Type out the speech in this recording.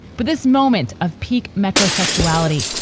but this moment of peak metro sexuality.